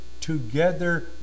together